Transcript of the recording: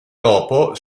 dopo